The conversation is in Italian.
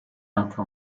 anche